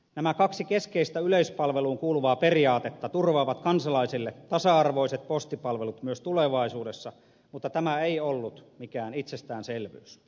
nämä kaksi keskeistä yleispalveluun kuuluvaa periaatetta turvaavat kansalaisille tasa arvoiset postipalvelut myös tulevaisuudessa mutta tämä ei ollut mikään itsestäänselvyys